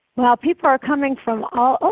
ah people are coming from all over.